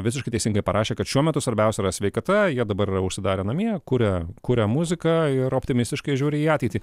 visiškai teisingai parašė kad šiuo metu svarbiausia yra sveikata jie dabar yra užsidarę namie kuria kuria muziką ir optimistiškai žiūri į ateitį